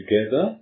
together